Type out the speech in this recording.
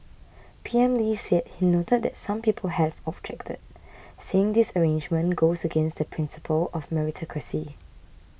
P M Lee said he noted that some people have objected saying this arrangement goes against the principle of meritocracy